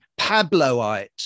Pabloite